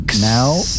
now